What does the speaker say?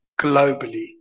globally